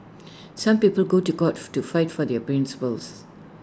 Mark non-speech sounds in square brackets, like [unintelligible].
some people go to court [unintelligible] to fight for their principles